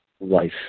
life